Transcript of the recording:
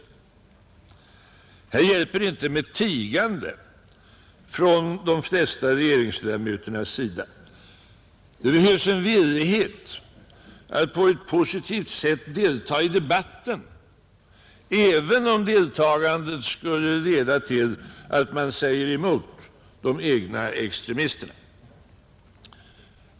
Här hjälper det inte med tigandet från de flesta regeringsledamöternas sida. Det behövs en villighet att på ett positivt sätt delta i debatten, även om deltagandet skulle leda till att man säger emot de egna extremisterna.